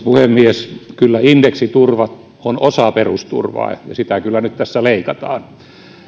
puhemies kyllä indeksiturva on osa perusturvaa ja sitä kyllä nyt tässä leikataan